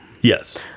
Yes